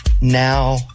Now